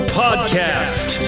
podcast